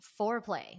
foreplay